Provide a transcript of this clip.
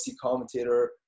commentator